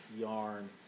yarn